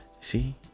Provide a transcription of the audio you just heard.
see